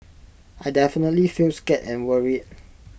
I definitely feel scared and worried